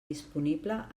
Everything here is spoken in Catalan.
disponible